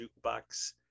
jukebox